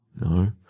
No